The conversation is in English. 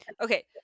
Okay